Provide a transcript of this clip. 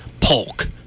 Polk